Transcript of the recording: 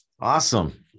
Awesome